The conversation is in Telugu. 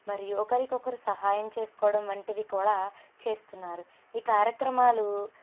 మరియు ఒకరికొకరు సహాయం చేసుకోవడం వంటివి కూడా చేస్తున్నారు ఈ కార్యక్రమాలు